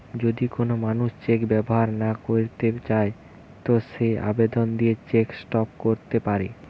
যদি কোন মানুষ চেক ব্যবহার না কইরতে চায় তো সে আবেদন দিয়ে চেক স্টপ ক্যরতে পারে